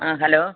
ആ ഹലോ